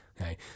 Okay